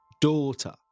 Daughter